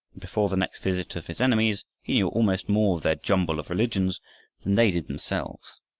before the next visit of his enemies he knew almost more of their jumble of religions than they did themselves.